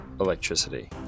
electricity